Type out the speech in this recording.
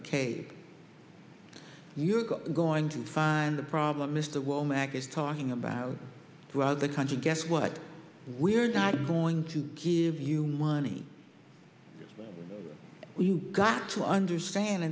ok you're going to find the problem mr womack is talking about throughout the country guess what we're not going to give you money we got to understand